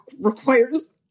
requires